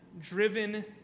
Driven